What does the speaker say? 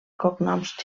cognoms